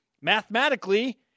mathematically